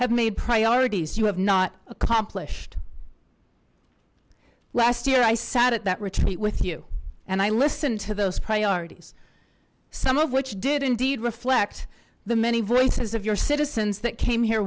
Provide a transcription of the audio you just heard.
have made priorities you have not accomplished last year i sat at that retreat with you and i listened to those priorities some of which did indeed reflect the many voices of your citizens that came here